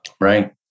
Right